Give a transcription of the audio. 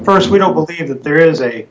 st we don't believe that there is a